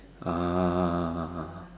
ah